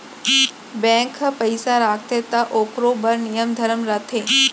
bank ह पइसा राखथे त ओकरो बड़ नियम धरम रथे